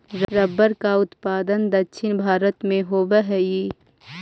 rubber का उत्पादन दक्षिण भारत में होवअ हई